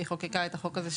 והיא חוקקה את החוק הזה,